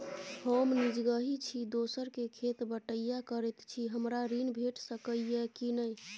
हम निजगही छी, दोसर के खेत बटईया करैत छी, हमरा ऋण भेट सकै ये कि नय?